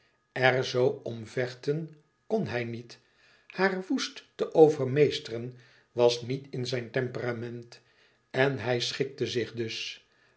er zoo om te vechten kon hij niet haar woest te overmeesteren was niet in zijn temperament en hij schikte zich dus